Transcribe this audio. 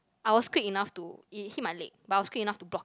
I was quick enough to it hit my leg but I was quick enough to block it with